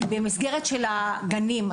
במסגרת הגנים,